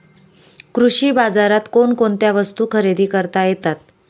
कृषी बाजारात कोणकोणत्या वस्तू खरेदी करता येतात